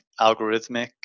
algorithmic